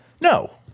No